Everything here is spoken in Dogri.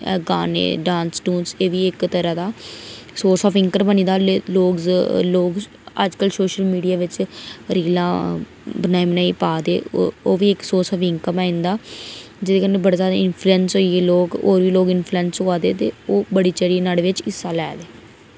डांस बी इक्क तरह दा सोर्स आफ इंकम बनी दा लोक अजकल सोशल मीडिया बिच रीलां बनाई बनाई पा दे ओह्बी सोर्स आफ इंकम ऐ इंदा जेेह्दे कन्नै बड़े जादा इंफ्लूऐंस होइयै लोक ते होर बी लोक इंफ्लूऐंस होआ दे ते ओह् बढ़ी चढ़ियै न्हाड़े बिच हिस्सा लै दे